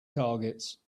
targets